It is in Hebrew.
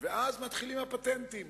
ואז מתחילים הפטנטים.